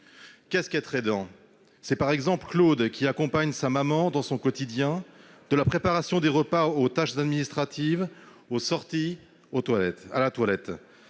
Qu'est-ce qu'être un aidant ? C'est Claude qui accompagne sa mère dans son quotidien, de la préparation des repas aux tâches administratives, aux sorties, à la toilette.